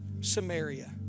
Samaria